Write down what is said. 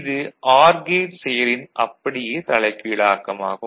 இது OR gate செயலின் அப்படியே தலைகீழாக்கம் ஆகும்